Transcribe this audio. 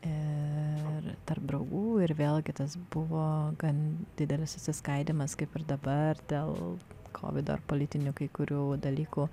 ir tarp draugų ir vėlgi tas buvo gan didelis išsiskaidymas kaip ir dabar dėl kovid ar politinių kai kurių dalykų